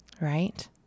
Right